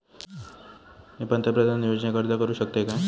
मी पंतप्रधान योजनेक अर्ज करू शकतय काय?